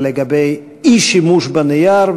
לגבי אי-שימוש בנייר,